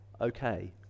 okay